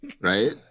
right